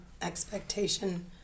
Expectation